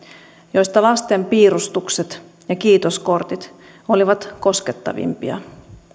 joista lasten piirustukset ja kiitoskortit olivat koskettavimpia